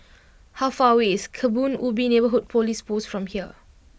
how far away is Kebun Ubi Neighbourhood Police Post from here